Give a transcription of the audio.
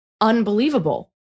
unbelievable